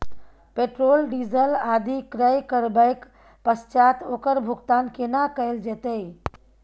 Petrol, diesel आदि क्रय करबैक पश्चात ओकर भुगतान केना कैल जेतै?